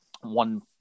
one